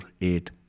eight